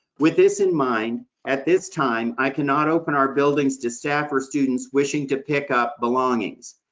with this in mind, at this time, i cannot open our buildings to staff or students wishing to pick up belongings.